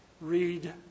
Read